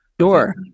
Sure